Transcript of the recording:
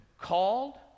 called